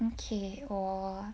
okay 我